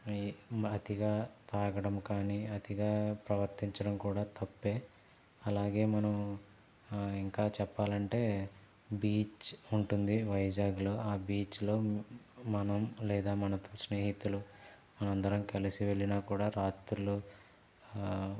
ఈ అతిగా తాగడం కానీ అతిగా ప్రవర్తించడం కూడా తప్పే అలాగే మనం ఇంకా చెప్పాలంటే బీచ్ ఉంటుంది వైజాగ్లో ఆ బీచ్లో మనం లేదా మనతో స్నేహితులు మనమందరం కలిసి వెళ్లిన కూడా రాత్రులు